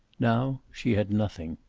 now she had nothing.